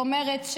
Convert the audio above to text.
זאת אומרת,